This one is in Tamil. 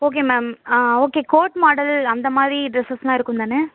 okay ma'am ah okay coat model அந்தமாதிரி ட்ரெஸஸ்ஸெலாம் இருக்கும்தானே